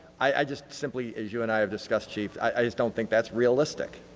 i just simply as you and i have discussed chief, i just don't think that's realistic.